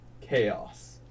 chaos